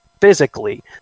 physically